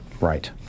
Right